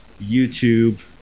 youtube